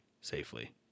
safely